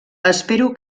espero